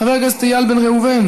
חבר הכנסת איל בן ראובן,